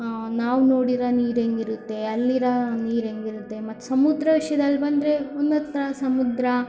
ನಾವು ನೋಡಿರೋ ನೀರು ಹೇಗಿರುತ್ತೆ ಅಲ್ಲಿರೋ ನೀರು ಹೇಗಿರುತ್ತೆ ಮತ್ತು ಸಮುದ್ರ ವಿಷ್ಯದಲ್ಲಿ ಬಂದರೆ ಸಮುದ್ರ